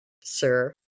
sir